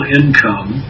income